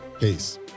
Peace